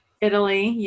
Italy